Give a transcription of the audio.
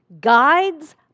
Guides